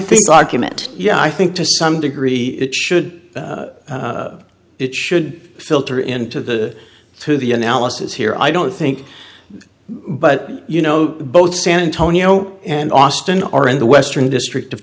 think argument yeah i think to some degree it should it should filter into the through the analysis here i don't think but you know both san antonio and austin are in the western district of